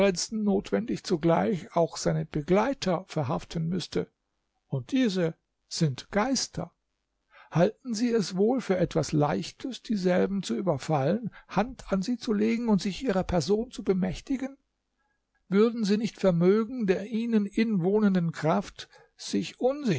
notwendig zugleich auch seine begleiter verhaften müßte und diese sind geister halten sie es wohl für etwas leichtes dieselben zu überfallen hand an sie zu legen und sich ihrer person zu bemächtigen würden sie nicht vermögen der ihnen inwohnenden kraft sich